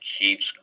keeps